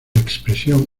expresión